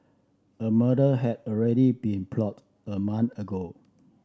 a murder had already been plot a month ago